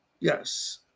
Yes